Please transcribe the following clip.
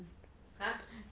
!huh!